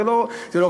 זה לא רלוונטי,